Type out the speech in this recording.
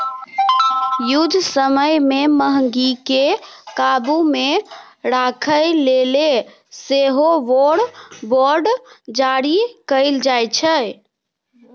युद्ध समय मे महगीकेँ काबु मे राखय लेल सेहो वॉर बॉड जारी कएल जाइ छै